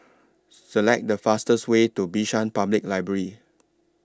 Select The fastest Way to Bishan Public Library